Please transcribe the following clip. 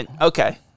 okay